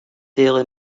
daily